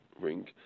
ring